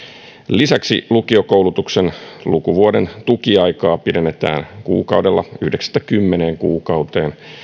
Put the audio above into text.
lisäksi lukiokoulutuksen lukuvuoden tukiaikaa pidennetään kuukaudella yhdeksästä kymmeneen kuukauteen